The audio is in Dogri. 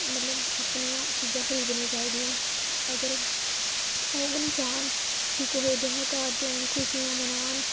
मतलब अपनियां चीज़ां खरीदनियां चाहि्दियां अगर ओह् गै निं चाह्न कि कोहे ब्याह् कारज होन खुशियां मनान